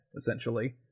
essentially